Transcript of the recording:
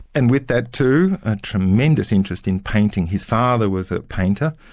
and with that too, a tremendous interest in painting. his father was a painter,